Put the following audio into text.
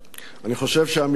אני חושב שהמינוי הזה,